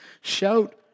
Shout